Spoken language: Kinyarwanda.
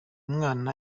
mwana